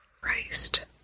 Christ